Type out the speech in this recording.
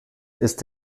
ist